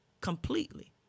completely